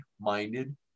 minded